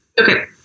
Okay